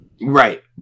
right